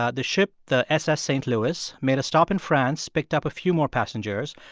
ah the ship the ss st. louis made a stop in france, picked up a few more passengers.